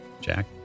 Jack